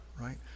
right